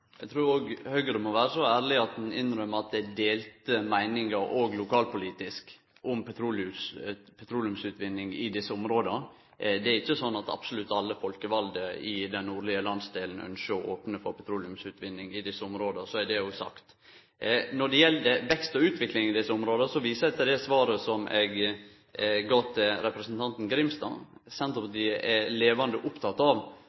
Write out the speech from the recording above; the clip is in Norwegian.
Eg trur òg Høgre må vere så ærleg at ein innrømmer at det er delte meiningar òg lokalpolitisk om petroleumsutvinning i desse områda. Det er ikkje sånn at absolutt alle folkevalde i denne oljelandsdelen ynskjer å opne for petroleumsutvinning i desse områda – så er det òg sagt. Når det gjeld vekst og utvikling i desse områda, viser eg til det svaret som eg gav til representanten Grimstad. Senterpartiet er levande oppteke av